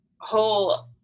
whole